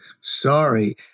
sorry